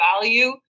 value